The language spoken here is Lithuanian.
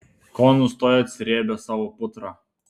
ko nustojot srėbę savo putrą